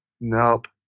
Nope